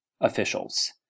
officials